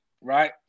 right